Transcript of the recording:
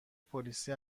پلیسی